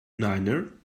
niner